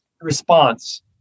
response